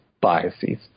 biases